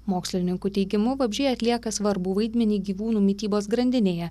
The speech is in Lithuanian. mokslininkų teigimu vabzdžiai atlieka svarbų vaidmenį gyvūnų mitybos grandinėje